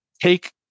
take